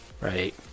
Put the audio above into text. right